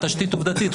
תשתית עובדתית,